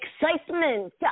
Excitement